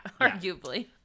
arguably